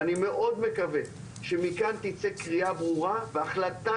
ואני מאוד מקווה שמכאן תצא קריאה ברורה והחלטה